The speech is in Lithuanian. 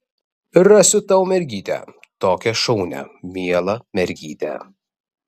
rasiu tau mergytę tokią šaunią mielą mergytę